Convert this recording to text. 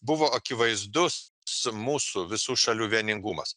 buvo akivaizdus s mūsų visų šalių vieningumas